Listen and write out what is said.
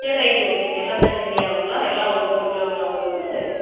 சரி ரைட்டு ஓகேங்க எல்லாம் தனி தனியாங்களா எல்லாம் ஒவ்வொரு கிலோங்களா உங்களுக்கு